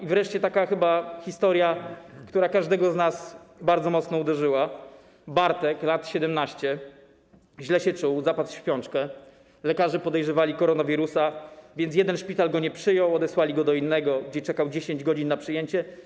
I wreszcie taka historia, która każdego z nas bardzo mocno uderzyła: Bartek, lat 17, źle się czuł, zapadł w śpiączkę, lekarze podejrzewali koronawirusa, więc jeden szpital go nie przyjął, odesłali go do innego, gdzie czekał 10 godzin na przyjęcie.